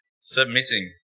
submitting